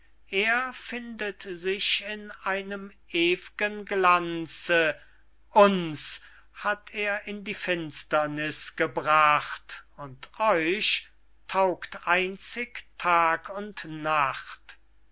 er findet sich in einem ew'gen glanze uns hat er in die finsterniß gebracht und euch taugt einzig tag und nacht